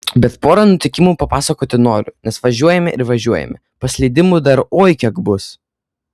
bet porą nutikimų papasakoti noriu nes važiuojame ir važiuojame paslydimų dar oi kiek bus